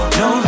no